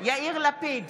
יאיר לפיד,